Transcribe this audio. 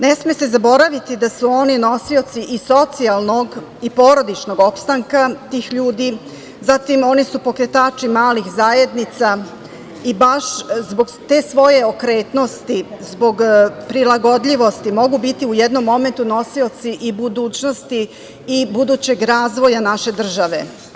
Ne sme se zaboraviti da su oni nosioci i socijalnog i porodičnog opstanka tih ljudi, pokretači su malih zajednica i baš zbog te svoje okretnosti, zbog prilagodljivosti mogu biti u jednom momentu i nosioci i budućnosti i budućeg razvoja naše države.